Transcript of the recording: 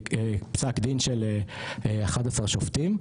פסק דין של 11 שופטים,